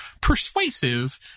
persuasive